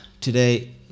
today